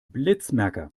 blitzmerker